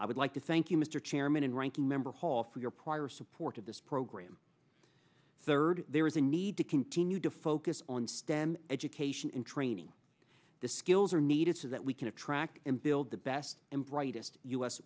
i would like to thank you mr chairman and ranking member hall for your prior support of this program third there is a need to continue to focus on stem education and training the skills are needed so that we can attract and build the best and brightest u